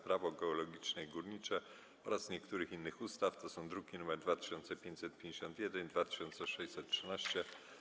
Prawo geologiczne i górnicze oraz niektórych innych ustaw (druki nr 2551 i 2613)